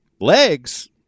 Legs